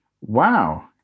Wow